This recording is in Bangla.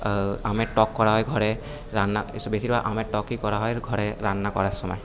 আমের টক করা হয় ঘরে রান্না বেশিরভাগ আমের টকই করা হয় ঘরে রান্না করার সময়